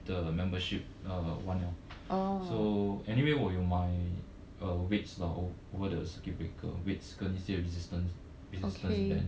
的 membership 完了 so anyway 我有买 uh weights lah over the circuit breaker weights 跟一些 resistance resistance band